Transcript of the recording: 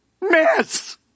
miss